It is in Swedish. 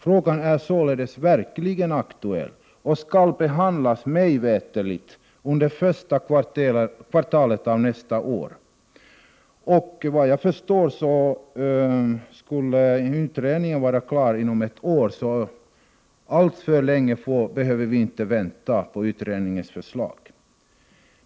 Frågan är således verkligt aktuell och skall mig veterligt behandlas under första kvartalet nästa år. Såvitt jag förstår skulle utredningen vara klar inom ett år, så alltför länge lär vi inte behöva vänta på dess förslag.